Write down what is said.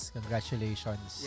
Congratulations